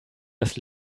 das